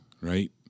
right